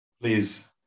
Please